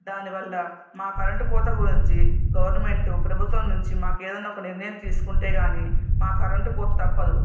దాని వల్ల మా కరెంటు కోత గురించి గవర్నమెంట్ ప్రభుత్వం నుంచి మాకు ఏదైనా ఒక నిర్ణయం తీసుకుంటే కానీ మా కరెంటు కోత తప్పదు